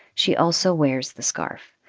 she also wears the scarf.